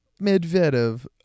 Medvedev